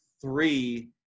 three